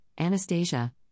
Anastasia